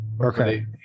okay